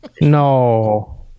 No